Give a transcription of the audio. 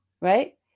Right